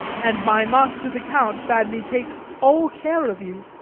and my master the count bade me take all care of you.